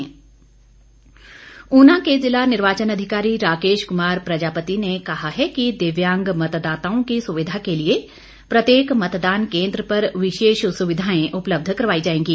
ऊना मंडी चुनाव ऊना के जिला निर्वाचन अधिकारी राकेश कुमार प्रजापति ने कहा कि दिव्यांग मतदाताओं की सुविधा के लिए प्रत्येक मतदान केंद्र पर विशेष सुविधाएं उपलब्ध करवाई जाएंगी